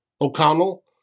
O'Connell